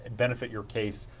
benefit your case.